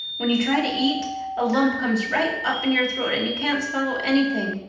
when you try to eat a lump comes right up in your throat and you can't swallow anything,